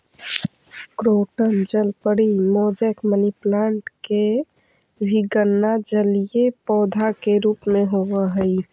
croton जलपरी, mosaic, money plant के भी गणना जलीय पौधा के रूप में होवऽ हइ